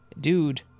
Dude